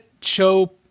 show